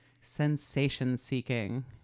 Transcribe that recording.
sensation-seeking